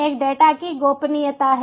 एक डेटा की गोपनीयता है